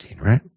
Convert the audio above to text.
right